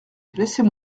laissez